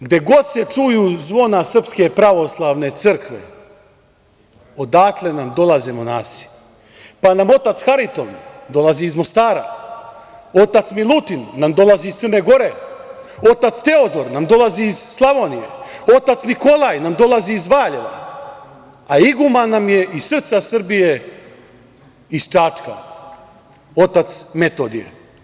Gde god se čuju zvona Srpske pravoslavne crkve odatle nam dolaze monasi, pa nam otac Hariton dolazi iz Mostara, otac Milutin nam dolazi iz Crne Gore, otac Teodor nam dolazi i Slavonije, otac Nikolaj nam dolazi iz Valjeva, a iguman nam je iz srca Srbije, iz Čačka, otac Metodije.